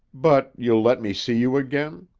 but you'll let me see you again?